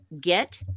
get